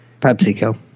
pepsico